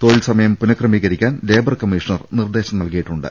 തൊഴിൽ സമയം പുനക്രമീകരിക്കാൻ ലേബർ കമ്മീഷണർ നിർദേശം നൽകിയിട്ടുണ്ട്